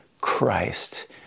Christ